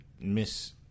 miss